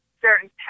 certain